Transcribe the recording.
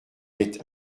est